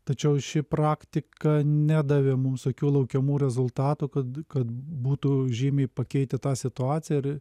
tačiau ši praktika nedavė mums jokių laukiamų rezultatų kad kad būtų žymiai pakeitę tą situaciją ir